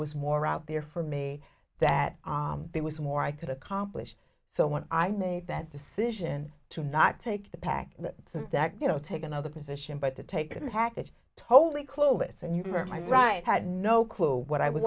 was more out there for me that there was more i could accomplish so when i made that decision to not take the package so that you know take another position but the taken the package totally clueless and you are my right had no clue what i would